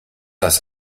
das